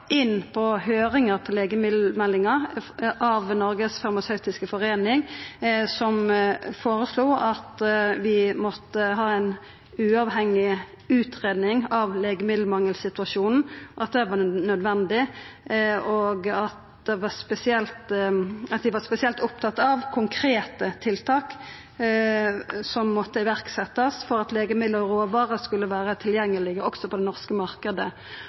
foreslo at vi måtte ha ei uavhengig utgreiing av legemiddelmangelsituasjonen – at det var nødvendig – og dei var spesielt opptatte av konkrete tiltak som måtte setjast i verk for at legemiddel og råvarer skulle vera tilgjengelege, også på den norske marknaden,